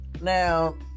now